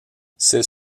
ces